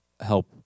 help